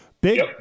big